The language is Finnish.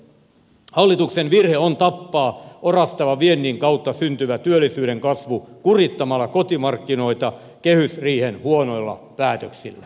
hallituksen virhe on tappaa orastava viennin kautta syntyvä työllisyyden kasvu kurittamalla kotimarkkinoita kehysriihen huonoilla päätöksillä